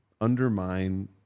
undermine